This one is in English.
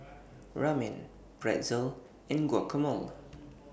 Ramen Pretzel and Guacamole